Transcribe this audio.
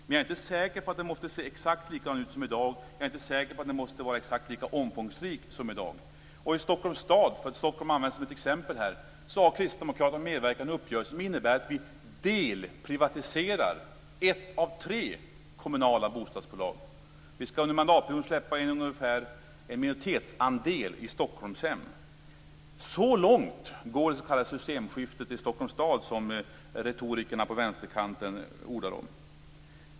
Men jag är inte säker på att den måste se exakt likadan ut som i dag, jag är inte säker på att den måste vara exakt lika omfångsrik som i dag. I Stockholms stad - Stockholm har använts som exempel här - har Kristdemokraterna medverkat i en uppgörelse som innebär att vi delprivatiserar ett av tre kommunala bostadsbolag. Vi skall under mandatperioden släppa en minoritetsandel i Stockholmshem. Så långt går det s.k. systemskifte i Stockholms stad som retorikerna på vänsterkanten ordar om.